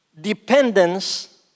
dependence